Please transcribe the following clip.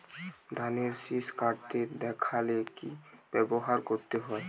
ধানের শিষ কাটতে দেখালে কি ব্যবহার করতে হয়?